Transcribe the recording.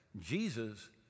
Jesus